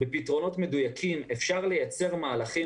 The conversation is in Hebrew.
בפתרונות מדויקים אפשר לייצר מהלכים